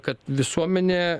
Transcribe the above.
kad visuomenė